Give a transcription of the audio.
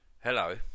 Hello